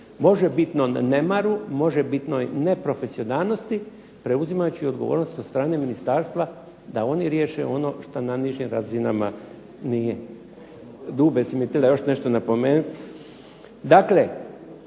možebitnom nemaru, možebitnoj neprofesionalnosti preuzimajući odgovornost od strane ministarstva da oni riješe ono što na nižim razinama nije. Dube jesi mi htjela još nešto napomenuti?